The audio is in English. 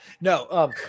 no